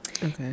Okay